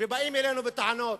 ובאים אלינו בטענות.